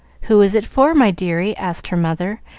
who is it for, my dearie? asked her mother,